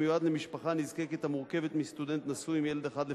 המיועד למשפחה נזקקת המורכבת מסטודנט נשוי עם ילד אחד לפחות,